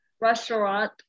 restaurant